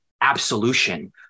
absolution